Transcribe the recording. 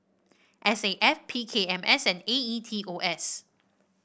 S A F P K M S and A E T O S